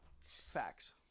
Facts